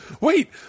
Wait